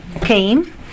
came